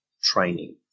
training